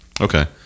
Okay